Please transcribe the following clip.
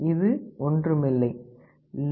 இது ஒன்றுமில்லை log2 128